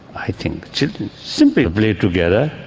i think children simply play together.